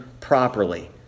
properly